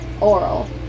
oral